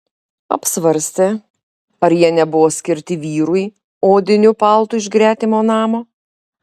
apsvarstė ar jie nebuvo skirti vyrui odiniu paltu iš gretimo namo